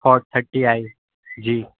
four thirty I G